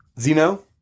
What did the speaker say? Zeno